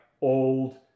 old